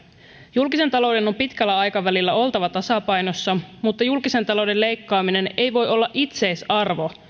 julkisen talouden on pitkällä aikavälillä oltava tasapainossa mutta julkisen talouden leikkaaminen ei voi olla itseisarvo